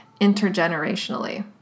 intergenerationally